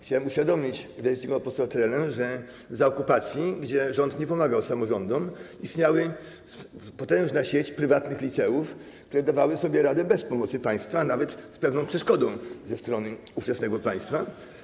Chciałem uświadomić wielce czcigodnego posła Trelę, że za okupacji, kiedy rząd nie pomagał samorządom, istniała potężna sieć prywatnych liceów, które dawały sobie radę bez pomocy państwa, a nawet z pewną przeszkodą ze strony ówczesnego państwa.